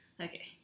Okay